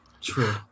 true